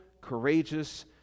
courageous